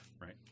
right